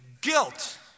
guilt